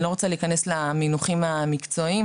אני לא רוצה להיכנס למנוחים המקצועיים.